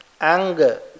anger